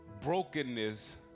brokenness